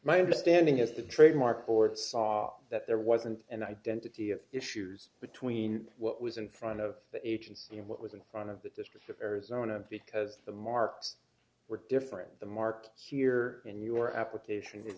my understanding if the trademark court saw that there wasn't an identity of issues between what was in front of the agent and what was in front of the district d of arizona because the marks were different the marked here in your application it